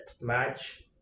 match